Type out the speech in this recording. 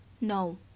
No